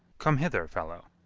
come hither, fellow.